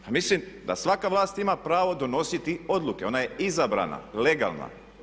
Pa mislim da svaka vlast ima pravo donositi odluke, ona je izabrana, legalna.